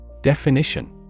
Definition